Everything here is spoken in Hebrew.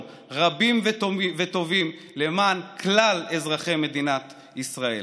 רבים וטובים למען כלל אזרחי מדינת ישראל.